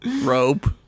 rope